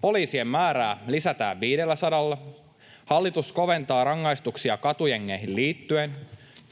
Poliisien määrää lisätään 500:lla. Hallitus koventaa rangaistuksia katujengeihin liittyen.